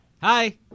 Hi